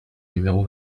numéro